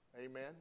Amen